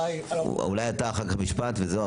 אולי אתה אחר כך משפט וזהו.